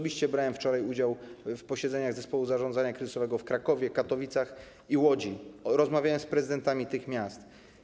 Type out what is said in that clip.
Brałem wczoraj udział w posiedzeniach zespołów zarządzania kryzysowego w Krakowie, Katowicach i Łodzi, rozmawiałem z prezydentami tych miast.